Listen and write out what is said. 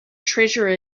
treasure